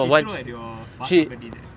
she throw at your வாசபடிதா:vaasapaditha